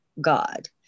God